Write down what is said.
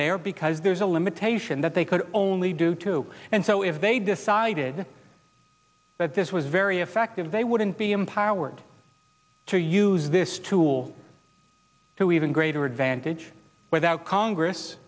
there because there's a limitation that they could only do two and so if they decided that this was very effective they wouldn't be empowered to use this tool to even greater advantage without congress